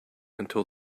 until